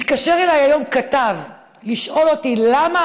התקשר אליי היום כתב לשאול אותי: למה